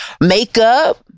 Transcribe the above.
makeup